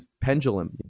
pendulum